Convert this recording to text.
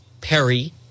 perry